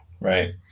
Right